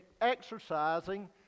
exercising